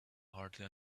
hardly